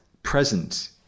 Present